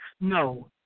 no